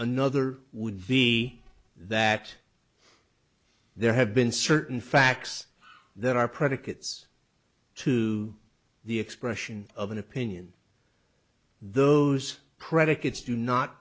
another would be that there have been certain facts that are predicates to the expression of an opinion those predicates do not